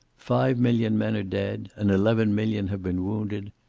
five million men are dead, and eleven million have been wounded.